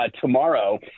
tomorrow